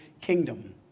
kingdom